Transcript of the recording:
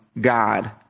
God